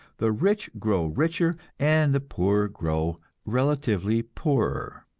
the rich grow richer, and the poor grow relatively poorer.